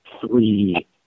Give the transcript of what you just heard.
three